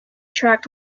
tracked